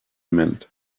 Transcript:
meant